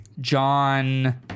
John